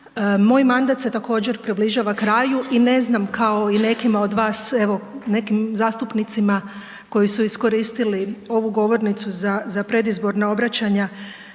Moj mandat se također, približava kraju i ne znam kao i nekima od vas, evo, nekim zastupnicima koji su iskoristili ovu govornicu za predizborna obraćanja,